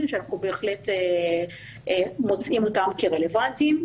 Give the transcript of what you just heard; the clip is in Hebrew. שאנחנו בהחלט מוצאים אותם כרלוונטיים.